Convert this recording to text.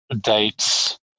dates